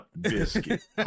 biscuit